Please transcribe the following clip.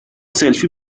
سلفی